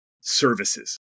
services